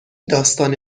داستان